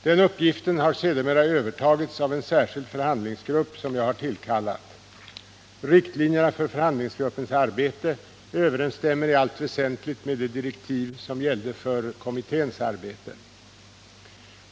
Denna uppgift har sedermera övertagits av en särskild förhandlingsgrupp som jag har tillkallat. Riktlinjerna för förhandlingsgruppens arbete överensstämmer i allt väsentligt med de direktiv som gällde för kommitténs arbete.